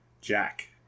Jack